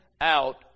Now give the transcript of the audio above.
out